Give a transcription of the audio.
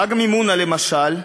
חג המימונה, למשל,